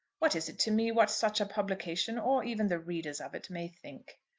what is it to me what such a publication, or even the readers of it, may think